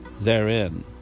therein